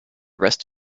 rest